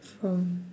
from